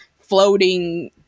floating